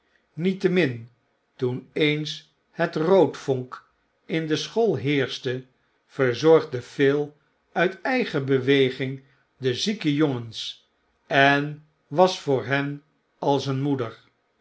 niettemin toen eens het roodvonk in de school heerschte verzorgde phil uit eigen beweging de zieke jongens en was voor hen als een moeder